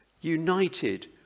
united